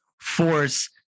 force